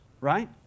right